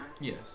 Yes